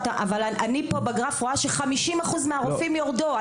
אבל אני רואה פה בגרף ש-50% מהרופאים ירדו.